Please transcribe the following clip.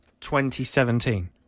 2017